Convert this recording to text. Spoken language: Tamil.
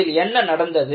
அதில் என்ன நடந்தது